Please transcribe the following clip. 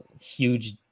huge